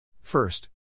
First